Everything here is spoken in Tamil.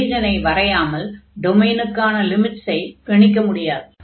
ரீஜனை வரையாமல் டொமைனுக்கான லிமிட்ஸை கணிக்க முடியாது